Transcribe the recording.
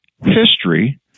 history